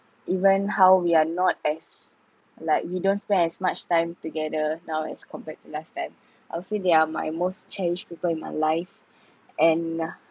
even how we're not as like we don't spend as much time together now as compared to last time I'll say they are my most cherished people my life and uh